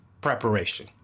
Preparation